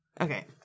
Okay